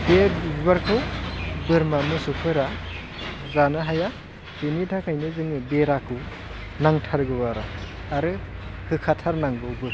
बे बिबारखौ बोरमा मोसौफोरा जानो हाया बिनि थाखायनो जोङो बेराखौ नांथारगौ आरो आरो होखाथारनांगौबो